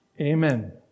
Amen